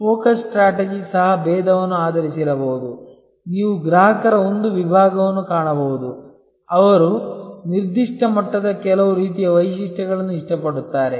focus strategy ಸಹ ಭೇದವನ್ನು ಆಧರಿಸಿರಬಹುದು ನೀವು ಗ್ರಾಹಕರ ಒಂದು ವಿಭಾಗವನ್ನು ಕಾಣಬಹುದು ಅವರು ನಿರ್ದಿಷ್ಟ ಮಟ್ಟದ ಕೆಲವು ರೀತಿಯ ವೈಶಿಷ್ಟ್ಯಗಳನ್ನು ಇಷ್ಟಪಡುತ್ತಾರೆ